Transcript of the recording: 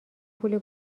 پول